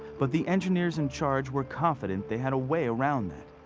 but the engineers in charge were confident they had a way around that.